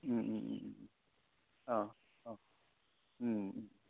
अ